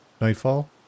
nightfall